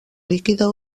líquida